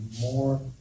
more